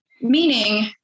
meaning